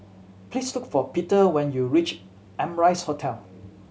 please look for Peter when you reach Amrise Hotel